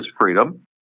freedom